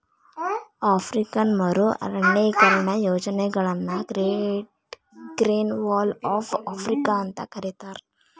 African ಮರು ಅರಣ್ಯೇಕರಣ ಯೋಜನೆಯನ್ನ great grain wall of Africa ಅಂತ ಕರೇತಾರ